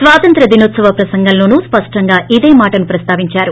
స్వాతంత్ర్య దినోత్సవ ప్రసంగంలోనూ స్పష్టంగా ఇదే మాట ప్రస్తావిందారు